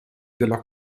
della